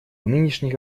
нынешних